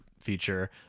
feature